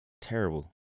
terrible